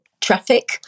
traffic